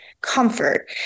comfort